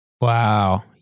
Wow